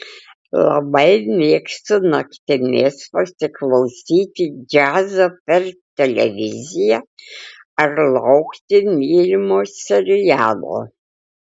labai mėgstu naktimis pasiklausyti džiazo per televiziją ar laukti mylimo serialo